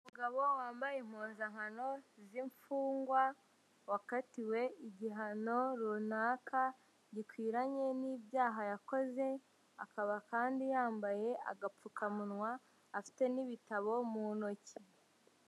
Umugabo wambaye impuzankano z'imfungwa, wakatiwe igihano runaka, gikwiranye n'ibyaha yakoze, akaba kandi yambaye agapfukamunwa, afite n'ibitabo mu ntoki.